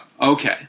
Okay